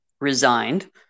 resigned